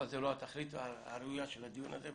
אבל זה לא התכלית הראויה של הדיון הזה.